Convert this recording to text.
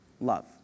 love